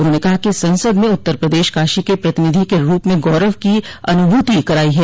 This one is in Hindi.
उन्होंने कहा कि संसद में उत्तर प्रदेश ने काशी के प्रतिनिधि के रूप में गौरव की अनुभूति कराई है